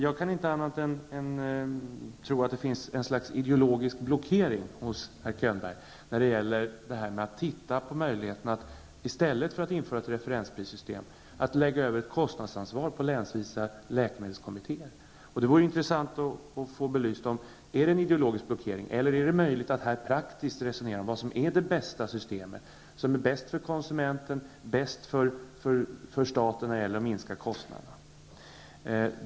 Jag kan inte annat än tro att det finns ett slags ideologisk blockering hos herr Könberg när det gäller att se på möjligheterna att lägga över ett kostnadsansvar på länsvisa läkemedelskommittéer i stället för att införa ett referensprissystem. Det vore intressant att få belyst om det är en ideologisk blockering eller om det är möjligt att här praktiskt resonera kring vilket system som är bäst för konsumenten och staten när det gäller att minska kostnaderna.